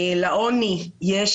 לעוני יש